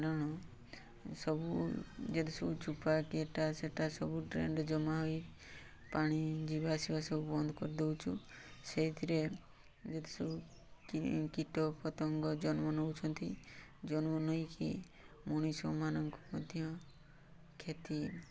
କାରଣ ସବୁ ଯେତେ ସବୁ ଚୋପା କି ଏଟା ସେଟା ସବୁ ଡ୍ରେନ୍ରେ ଜମା ହୋଇ ପାଣି ଯିବା ଆସିବା ସବୁ ବନ୍ଦ କରିଦେଉଛୁ ସେଇଥିରେ ଯେତେସବୁ କୀଟପତଙ୍ଗ ଜନ୍ମ ନେଉଛନ୍ତି ଜନ୍ମ ନେଇକି ମଣିଷମାନଙ୍କୁ ମଧ୍ୟ କ୍ଷତି